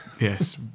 yes